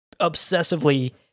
obsessively